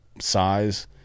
size